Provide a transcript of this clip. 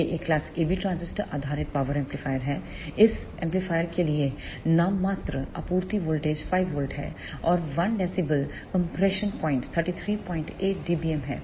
यह एक class AB transistor आधारित पावर एम्पलीफायर हैइस एम्पलीफायर के लिए नाममात्र आपूर्ति वोल्टेज 5 V है और 1 dB कंप्रेशन प्वाइंट 338 dbm है